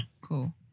cool